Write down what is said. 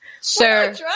Sir